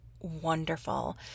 wonderful